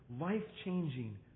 life-changing